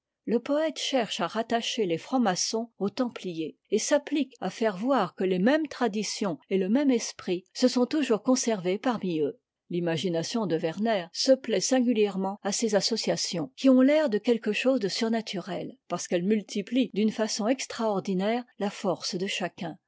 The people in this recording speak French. le poëte cherche à rattacher les francs-maçons aux templiers et s'applique à faire voir que les mêmes traditions et le même esprit se sont toujours conservés parmi eux l'imagination de werner se plaît singulièrement à ces associations qui ont l'air de quelque chose de surnaturel parce qu'elles multiplient d'une façon extraordinaire a force de chacun